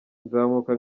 nzamuka